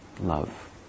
love